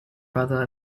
brother